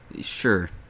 Sure